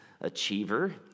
achiever